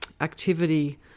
activity